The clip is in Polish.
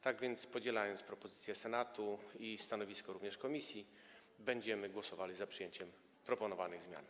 Tak więc podzielając propozycje Senatu i stanowisko komisji, będziemy głosowali za przyjęciem proponowanych zmian.